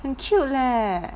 很 cute leh